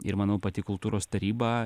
ir manau pati kultūros taryba